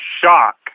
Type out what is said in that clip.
shock